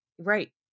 right